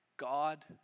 god